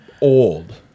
old